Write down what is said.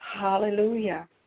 Hallelujah